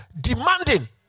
demanding